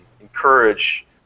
encourage